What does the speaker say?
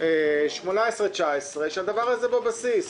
2018 2019 שהדבר הזה יהיה בבסיס.